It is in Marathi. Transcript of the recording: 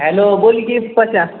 हॅलो बोल की पशा